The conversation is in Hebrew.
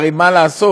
הרי, מה לעשות,